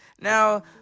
Now